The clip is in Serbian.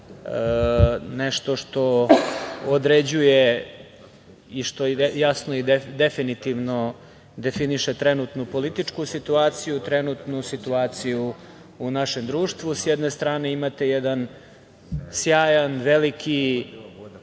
nešto što određuje i što jasno i definitivno definiše trenutnu političku situaciju, trenutnu situaciju u našem društvu.S jedne strane, imate jedan sjajan, veliki